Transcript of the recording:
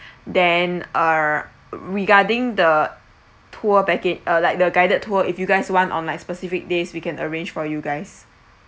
then uh regarding the tour package uh like the guided tour if you guys want on like specific days we can arrange for you guys